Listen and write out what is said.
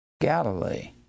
Galilee